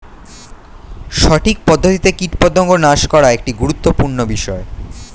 সঠিক পদ্ধতিতে কীটপতঙ্গ নাশ করা একটি গুরুত্বপূর্ণ বিষয়